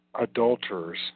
adulterers